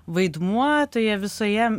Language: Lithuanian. vaidmuo toje visoje